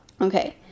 Okay